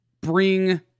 bring